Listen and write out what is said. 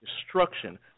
Destruction